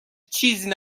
چیزی